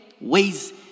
ways